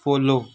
follow